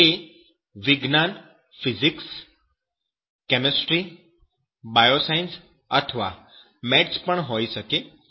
તે વિજ્ઞાન physics chemistry bioscience અથવા મેથ્સ પણ હોઈ શકે છે